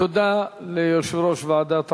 תודה ליושב-ראש ועדת החוקה,